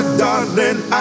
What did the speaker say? darling